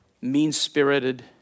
mean-spirited